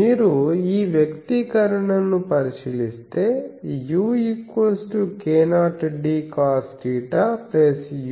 మీరు ఈ వ్యక్తీకరణను పరిశీలిస్తే u k0dcosθ